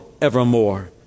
evermore